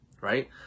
right